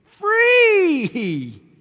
free